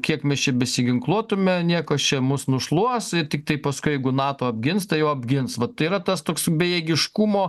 kiek mes čia besiginkluotume niekas čia mus nušluos ir tiktai paskui jeigu nato apgins tai jau apgins vat tai yra tas toks bejėgiškumo